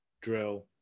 drill